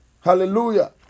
Hallelujah